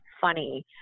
funny